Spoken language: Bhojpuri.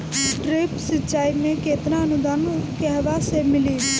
ड्रिप सिंचाई मे केतना अनुदान कहवा से मिली?